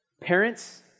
Parents